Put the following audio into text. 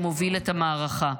אלו שהובילו את המערכה.